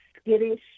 skittish